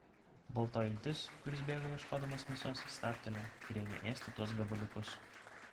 baltoji iltis kuris bėgo ieškodamas mėsos stabtelėjo ir ėmė ėsti tuos gabaliukus